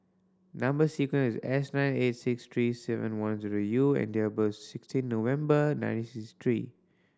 number sequence S nine eight six three seven one zero U and date of birth is sixteen November nineteen sixty three